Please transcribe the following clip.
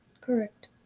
Correct